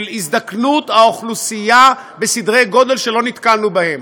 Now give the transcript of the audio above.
של הזדקנות האוכלוסייה בסדרי גודל שלא נתקלתי בהם.